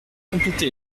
complété